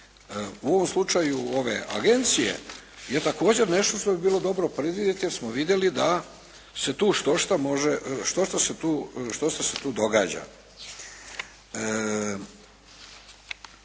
u ovom slučaju ove agencije je također nešto što bi bilo dobro predvidjeti jer smo vidjeli da se tu štošta može, štošta